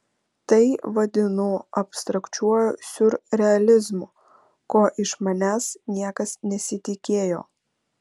tai vadinu abstrakčiuoju siurrealizmu ko iš manęs niekas nesitikėjo